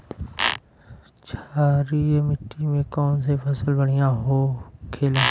क्षारीय मिट्टी में कौन फसल बढ़ियां हो खेला?